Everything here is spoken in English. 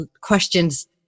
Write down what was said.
questions